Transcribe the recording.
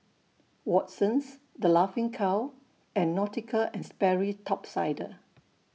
Watsons The Laughing Cow and Nautica and Sperry Top Sider